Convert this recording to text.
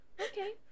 Okay